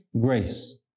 grace